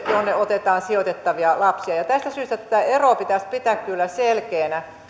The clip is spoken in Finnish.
otetaan sijoitettavia lapsia tästä syystä tätä eroa pitäisi pitää kyllä selkeänä